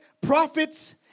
prophets